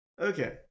Okay